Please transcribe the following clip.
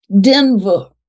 Denver